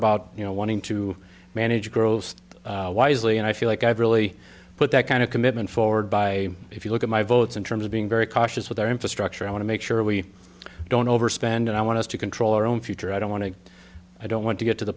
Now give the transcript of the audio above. about you know wanting to manage growth wisely and i feel like i've really put that kind of commitment forward by if you look at my votes in terms of being very cautious with our infrastructure i want to make sure we don't overspend and i want us to control our own future i don't want to i don't want to get to the